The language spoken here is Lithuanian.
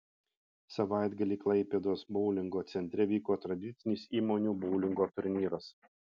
savaitgalį klaipėdos boulingo centre vyko tradicinis įmonių boulingo turnyras